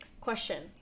question